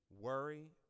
worry